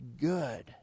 good